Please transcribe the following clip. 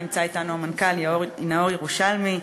נמצא אתנו המנכ"ל נאור ירושלמי.